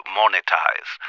monetize